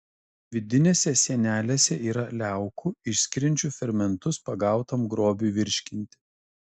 vidinėse sienelėse yra liaukų išskiriančių fermentus pagautam grobiui virškinti